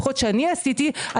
לפחות שאני עשיתי,